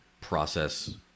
process